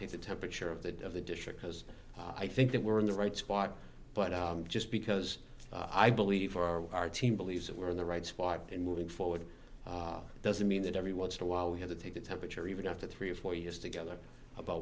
take the temperature of the of the district has i think that we're in the right spot but just because i believe for our team believes that we're in the right spot and moving forward doesn't mean that every once in a while we have to take the temperature even after three or four years together about